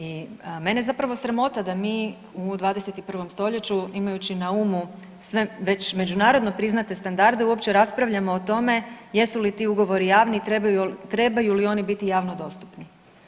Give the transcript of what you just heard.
I mene zapravo sramota da mi u 21. stoljeću imajući na umu sve već međunarodno priznate standarde, uopće raspravljamo o tome jesu li ti ugovori javno i trebaju li oni biti javno dostupni.